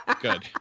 Good